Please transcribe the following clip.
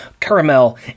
caramel